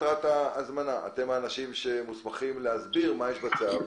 אתם האנשים שמוסמכים להסביר מה יש בצו,